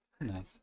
Nice